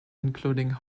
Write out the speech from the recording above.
including